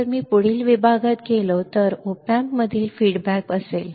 म्हणून जर मी पुढील विभागात गेलो तर तो op amps मधील अभिप्राय असेल